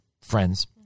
friends